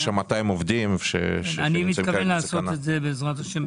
יש לך 200 עובדים שנמצאים בסכנה.